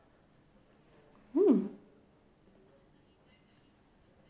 hmm